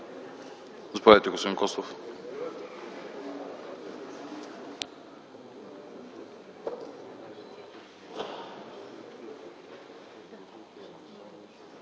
Заповядайте, господин Костов.